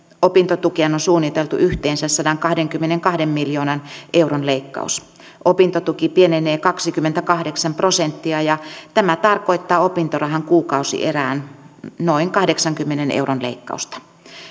opintotukeen on suunniteltu yhteensä sadankahdenkymmenenkahden miljoonan euron leikkaus opintotuki pienenee kaksikymmentäkahdeksan prosenttia ja tämä tarkoittaa opintorahan kuukausierään noin kahdeksankymmenen euron leikkausta